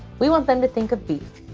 we want them to think of beef!